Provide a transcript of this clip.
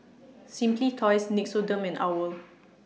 Simply Toys Nixoderm and OWL